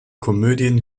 komödien